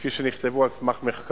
כפי שנכתבו על סמך מחקרים.